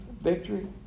victory